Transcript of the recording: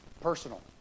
Personal